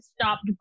stopped